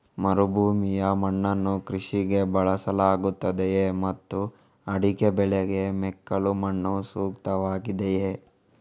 ಮರುಭೂಮಿಯ ಮಣ್ಣನ್ನು ಕೃಷಿಗೆ ಬಳಸಲಾಗುತ್ತದೆಯೇ ಮತ್ತು ಅಡಿಕೆ ಬೆಳೆಗೆ ಮೆಕ್ಕಲು ಮಣ್ಣು ಸೂಕ್ತವಾಗಿದೆಯೇ?